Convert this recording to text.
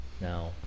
now